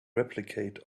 replicate